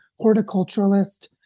horticulturalist